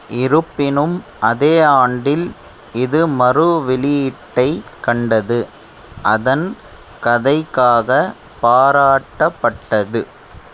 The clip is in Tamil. இருப்பினும் அதே ஆண்டில் இது மறு வெளியீட்டைக் கண்டது அதன் கதைக்காக பாராட்டப்பட்டது